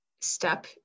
step